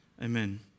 amen